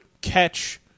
catch